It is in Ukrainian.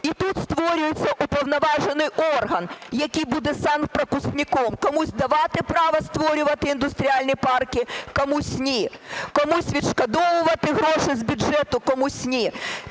І тут створюється уповноважений орган, який буде санпропускником: комусь давати право створювати індустріальні парки, комусь – ні, комусь відшкодовувати гроші з бюджету, комусь – ні.